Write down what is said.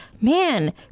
man